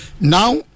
Now